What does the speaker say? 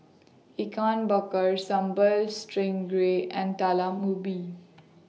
Ikan Bakar Sambal Stingray and Talam Ubi